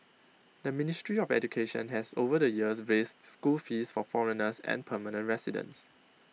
the ministry of education has over the years raised school fees for foreigners and permanent residents